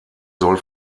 soll